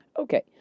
Okay